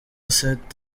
saint